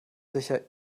sicher